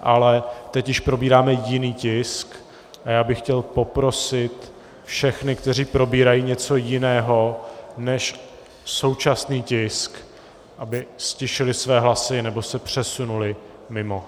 Ale teď již probíráme jiný tisk a já bych chtěl poprosit všechny, kteří probírají něco jiného než současný tisk, aby ztišili své hlasy nebo se přesunuli mimo.